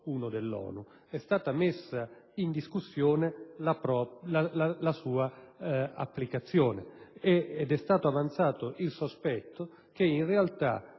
è stata messa in discussione la sua applicazione ed è stato avanzato il sospetto che in realtà